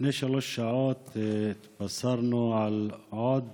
לפני שלוש שעות התבשרנו על עוד